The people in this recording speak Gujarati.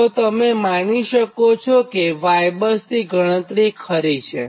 તો તમે માની શકોકે Y bus ની ગણતરી ખરી છે